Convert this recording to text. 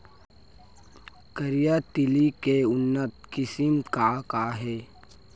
करिया तिलि के उन्नत किसिम का का हे?